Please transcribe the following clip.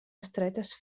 estretes